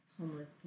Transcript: homeless